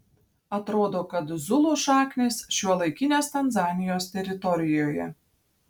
atrodo kad zulų šaknys šiuolaikinės tanzanijos teritorijoje